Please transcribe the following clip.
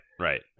right